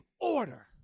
order